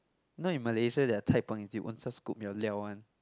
you know in Malaysia their Cai-png is you own self scoop your 料 one